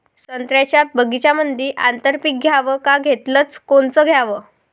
संत्र्याच्या बगीच्यामंदी आंतर पीक घ्याव का घेतलं च कोनचं घ्याव?